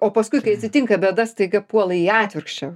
o paskui kai atsitinka bėda staiga puola į atvirkščią